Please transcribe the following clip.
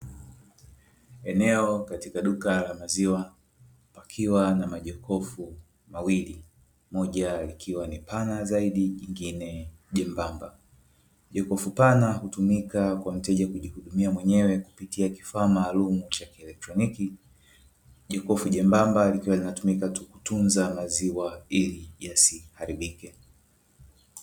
Eneo katika duka la maziwa likiwa na majokofu mawili, moja ikiwa ni pana zaidi ingine ni membamba. Jokofu pana kutumika kwa mteja kutumia mwenyewe kupitia kifaa maalum chenye kielektroniki. Jokofu jembamba likitumika kutunza maziwa ili yasiharibike.